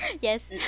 Yes